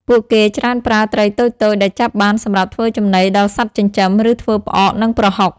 ពួកគេច្រើនប្រើ ត្រីតូចៗ ដែលចាប់បានសម្រាប់ធ្វើចំណីដល់សត្វចិញ្ចឹម ឬធ្វើផ្អក និង ប្រហុក។